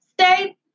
Stay